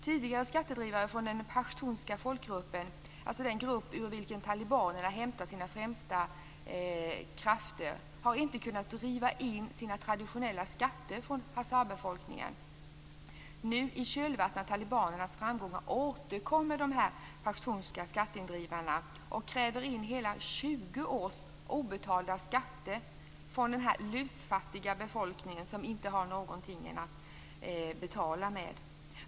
Tidigare skatteindrivare från den pashtunska folkgruppen, alltså den grupp ur vilken talibanerna hämtar sin främsta kraft, har inte kunnat driva in sina traditionella skatter från hazarabefolkningen. Nu i kölvattnet av talibanernas framgångar återkommer de pashtunska skatteindrivarna och kräver in hela 20 års obetalda skatter från den lusfattiga befolkningen, som ingenting har att betala med.